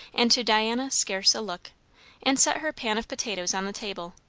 and to diana scarce a look and set her pan of potatoes on the table,